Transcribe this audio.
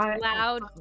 loud